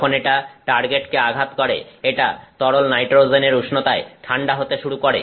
যখন এটা টার্গেটকে আঘাত করে এটা তরল নাইট্রোজেনের উষ্ণতায় ঠান্ডা হতে শুরু করে